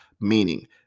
meaning